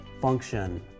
function